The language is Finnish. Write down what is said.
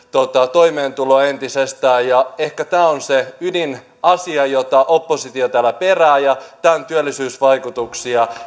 toimeentuloa entisestään ja ehkä tämä on se ydinasia jota oppositio täällä perää ja tämän työllisyysvaikutuksia